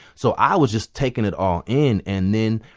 so i was just taking it all in and then,